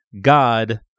God